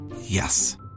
Yes